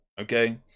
okay